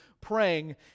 praying